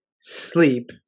sleep